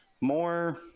more